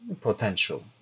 potential